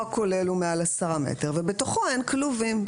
הכולל הוא מעל 10 מטרים ובתוכו אין כלובים.